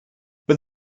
but